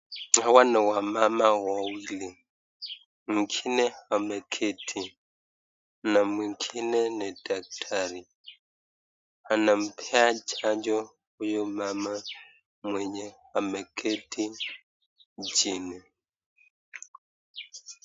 Hawa ni wamama wawili. Mwingine ameketi na mwingine ni daktari. Anampea chanjo huyu mama mwenye ameketi chini.